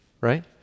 Right